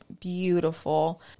beautiful